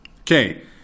Okay